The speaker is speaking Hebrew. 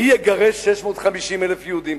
מי יגרש 650,000 יהודים?